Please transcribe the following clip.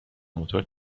موتور